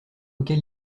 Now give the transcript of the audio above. auquel